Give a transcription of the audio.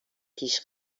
پیش